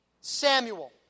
Samuel